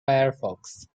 firefox